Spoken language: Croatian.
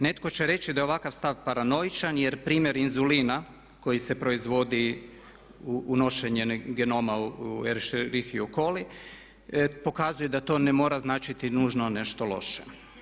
Netko će reći da je ovakav stav paranoičan jer primjer inzulina koji se proizvodi unošenjem genoma u escherichia coli pokazuje da to ne mora značiti nužno nešto loše.